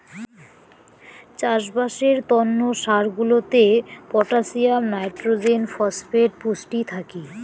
চাষবাসের তন্ন সার গুলাতে পটাসিয়াম, নাইট্রোজেন, ফসফেট পুষ্টি থাকি